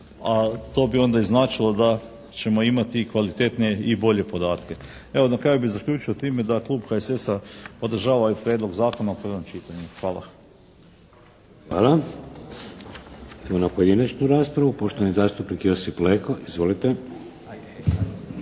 a to bi onda i značilo da ćemo imati i kvalitetnije i bolje podatke. Evo na kraju bih zaključio time da klub HSS-a podržava ovaj prijedlog zakona u prvom čitanju. Hvala. **Šeks, Vladimir (HDZ)** Hvala. Idemo na pojedinačnu raspravu. Poštovani zastupnik Josip Leko. Izvolite.